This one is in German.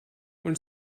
und